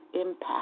impact